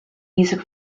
music